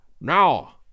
Now